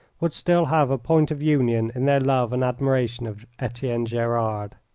would still have a point of union in their love and admiration of etienne gerard.